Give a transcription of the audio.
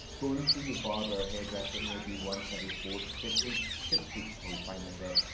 go and see your barber or hairdresser maybe once every four to six weeks. six weeks, you're probably fine with this.